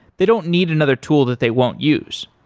they don't need another tool that they won't use.